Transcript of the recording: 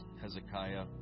Hezekiah